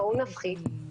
בואו נפחית.